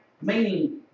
meaning